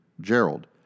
Gerald